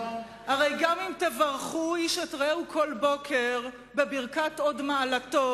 הרי גם אם תברכו איש את רעהו כל בוקר בברכת "הוד מעלתו",